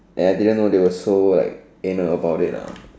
and I didn't know they were so anal about it ah